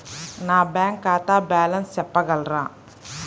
నా బ్యాంక్ ఖాతా బ్యాలెన్స్ చెప్పగలరా?